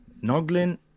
Noglin